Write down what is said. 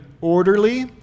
orderly